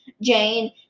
Jane